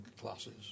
classes